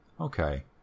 Okay